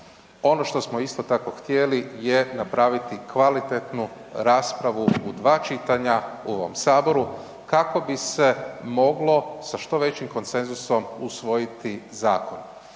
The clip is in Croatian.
Ono što smo isto tako htjeli je napraviti kvalitetnu raspravu u dva čitanja u ovom Saboru, kako bi se mogli sa što većim konsenzusom usvojiti zakon.